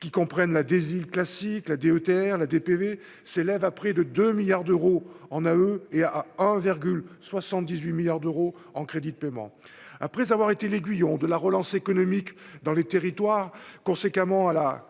qui comprennent la des îles classique, la DETR, la DPV s'élève à près de 2 milliards d'euros en à eux et à 1,78 milliards d'euros en crédits de paiement après avoir été l'aiguillon de la relance économique dans les territoires conséquemment à la